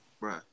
Right